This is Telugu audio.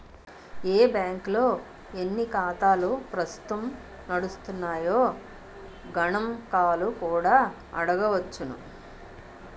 ఏ బాంకుల్లో ఎన్ని ఖాతాలు ప్రస్తుతం నడుస్తున్నాయో గణంకాలు కూడా అడగొచ్చును